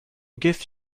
give